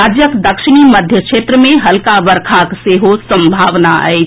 राज्यक दक्षिणी मध्य क्षेत्र मे हल्का वर्षाक सेहो संभावना अछि